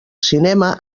cinema